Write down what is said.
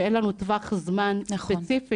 ואין לנו טווח זמן ספציפי,